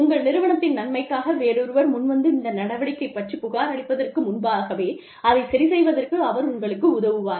உங்கள் நிறுவனத்தின் நன்மைக்காக வேறொருவர் முன்வந்து இந்த நடவடிக்கை பற்றி புகார் அளிப்பதற்கு முன்பாகவே அதை சரி செய்வதற்கு அவர் உங்களுக்கு உதவுவார்